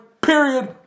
period